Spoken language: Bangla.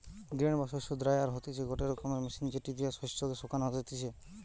গ্রেন বা শস্য ড্রায়ার হতিছে গটে রকমের মেশিন যেটি দিয়া শস্য কে শোকানো যাতিছে